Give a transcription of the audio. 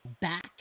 back